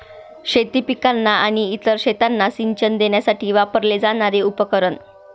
शेती पिकांना आणि इतर शेतांना सिंचन देण्यासाठी वापरले जाणारे उपकरण